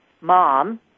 mom